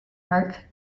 work